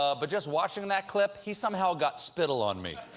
um but just watching that clip, he somehow got spittle on me.